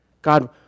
God